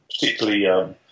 particularly